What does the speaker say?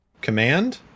Command